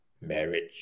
marriage